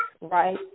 right